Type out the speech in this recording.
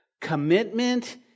commitment